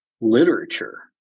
literature